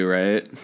right